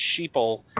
sheeple